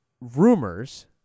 rumors